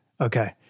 okay